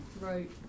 Right